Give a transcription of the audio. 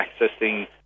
accessing